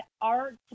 art